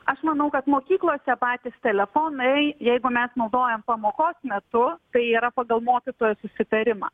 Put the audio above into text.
aš manau kad mokyklose patys telefonai jeigu mes naudojam pamokos metu tai yra pagal mokytojo susitarimą